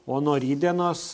o nuo rytdienos